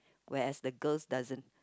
whereas the girls doesn't